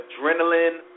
adrenaline